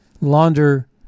launder